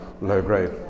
low-grade